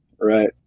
Right